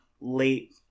late